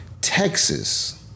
Texas